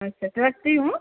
अच्छा अच्छा रखती हूँ